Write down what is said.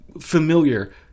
familiar